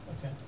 Okay